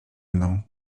mną